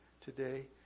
today